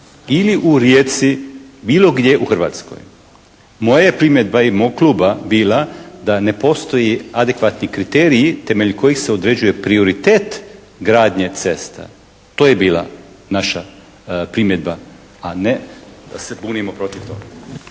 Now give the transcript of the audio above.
ili u Rijeci, bilo gdje u Hrvatskoj. Moja primjedba i mog kluba je bila da ne postoji adekvatni kriteriji temeljem kojih se određuje prioritet gradnje cesta. To je bila naša primjedba a ne da se bunimo protiv toga.